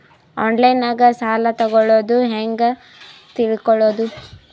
ಆನ್ಲೈನಾಗ ಸಾಲ ತಗೊಳ್ಳೋದು ಹ್ಯಾಂಗ್ ತಿಳಕೊಳ್ಳುವುದು?